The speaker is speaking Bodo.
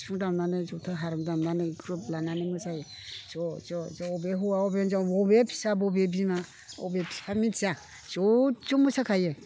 सिफुं दामनानै जथा हारुम दामनानै ग्रुप लानानै मोसायो ज' ज' ज' अबे हौवा अबे हिनजाव बबे फिसा बबे बिमा अबे बिफा मिन्थिया ज' ज' मोसाखायो